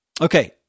Okay